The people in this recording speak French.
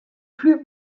plus